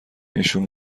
ایشون